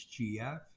HGF